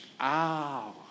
Ow